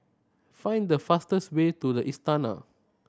find the fastest way to The Istana